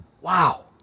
Wow